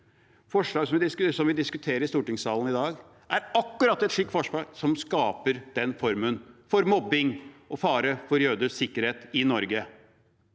Forslaget som vi diskuterer i stortingssalen i dag, er akkurat et slikt forslag som skaper den formen for mobbing og fare for jøders sikkerhet i Norge.